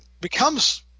becomes